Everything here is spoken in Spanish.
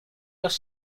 los